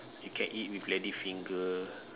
you can eat with lady finger